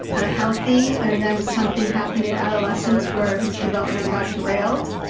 ah healthy, and then something happened in adolescence where his development got derailed.